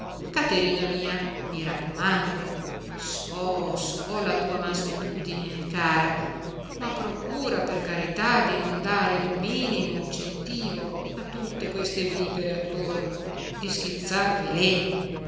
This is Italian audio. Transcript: caterina mia mi raccomando so so la tua mansuetudine cara ma procura per carità di non dare il minimo incentivo a tutte queste vipere attorno di schizzar veleno